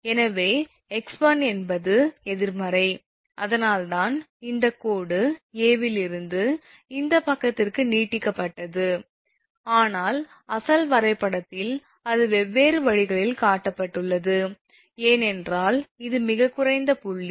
எனவே 𝑥1 என்பது எதிர்மறை அதனால்தான் இந்த கோடு 𝐴 இலிருந்து இந்த பக்கத்திற்கு நீட்டிக்கப்பட்டுள்ளது ஆனால் அசல் வரைபடத்தில் இது வெவ்வேறு வழிகளில் காட்டப்பட்டுள்ளது ஏனென்றால் இது மிகக் குறைந்த புள்ளி